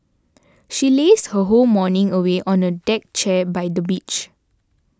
she lazed her whole morning away on a deck chair by the beach